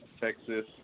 Texas